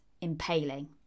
impaling